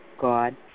God